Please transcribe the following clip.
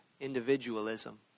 individualism